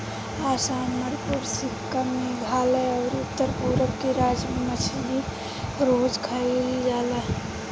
असम, मणिपुर, सिक्किम, मेघालय अउरी उत्तर पूरब के राज्य में मछली रोज खाईल जाला